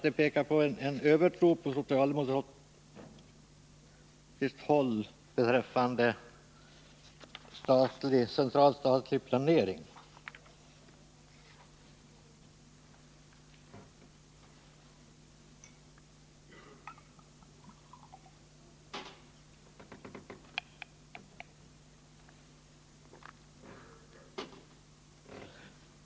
Det verkar som om man på socialdemokratiskt håll hade en övertro på central statlig planering.